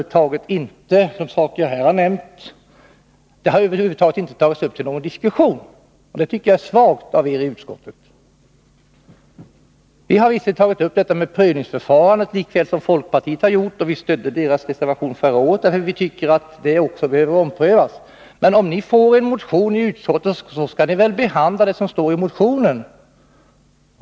De saker jag här har nämnt har över huvud taget inte tagits upp till någon diskussion, och det tycker jag är svagt av er i utskottet. Vi har visserligen tagit upp prövningsförfarandet likaväl som folkpartiet gjort, och vi stödde folkpartireservationen förra året därför att vi tycker att förfarandet behöver omprövas. Men om utskottet får en motion remitterad till sig, skall ni väl behandla det som står i motionen.